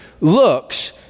looks